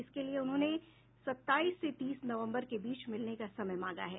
इसके लिए उन्होंने सत्ताईस से तीस नवम्बर के बीच मिलने का समय मांगा है